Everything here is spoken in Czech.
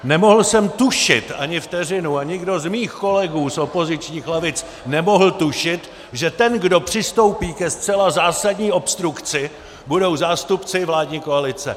Nemohl jsem tušit ani vteřinu, a nikdo z mých kolegů z opozičních lavic nemohl tušit, že ten, kdo přistoupí ke zcela zásadní obstrukci, budou zástupci vládní koalice.